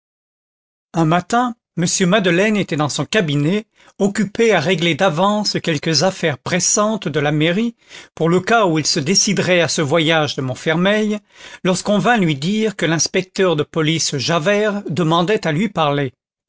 un matin m madeleine était dans son cabinet occupé à régler d'avance quelques affaires pressantes de la mairie pour le cas où il se déciderait à ce voyage de montfermeil lorsqu'on vint lui dire que l'inspecteur de police javert demandait à lui parler